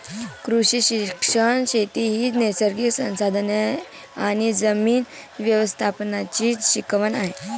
कृषी शिक्षण शेती ही नैसर्गिक संसाधने आणि जमीन व्यवस्थापनाची शिकवण आहे